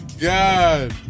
God